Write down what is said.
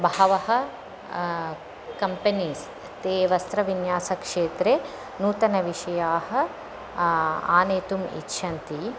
बहवः कम्पेनिस् ते वस्त्रविन्यासक्षेत्रे नूतनविषयाः आनेतुम् इच्छन्ति